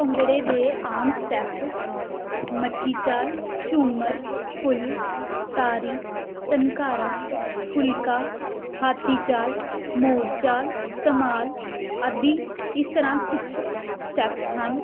ਭੰਗੜੇ ਦੇ ਆਮ ਸਟੈਪ ਮੱਠੀ ਚਾਲ ਝੂੰਮਰ ਫੁੱਲ ਤਾਰੀ ਧਨਕਾਰਾ ਫੁਲਕਾ ਹਾਥੀ ਚਾਲ ਮੋਰਚਾਲ ਧਮਾਲ ਆਦਿ ਇਸ ਤਰ੍ਹਾਂ ਕੁਛ ਸਟੈਪਸ ਹਨ